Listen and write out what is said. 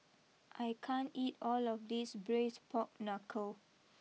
I can't eat all of this Braised Pork Knuckle